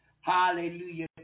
Hallelujah